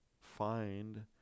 find